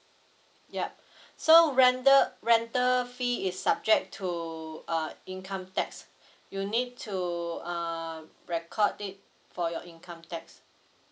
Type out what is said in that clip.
yup so renta~ rental fee is subject to uh income tax you need to uh record it for your income tax